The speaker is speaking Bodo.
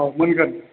औ मोनगोन